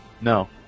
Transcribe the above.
No